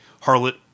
harlot